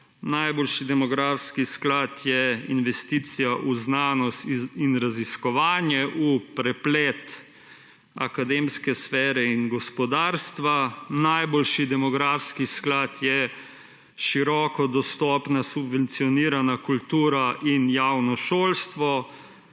najboljši demografski sklad je investicija v znanost in raziskovanje v preplet akademske sfere in gospodarstva, najboljši demografski sklad je široko dostopna subvencionirana kultura in javno šolstvo,